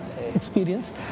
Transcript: experience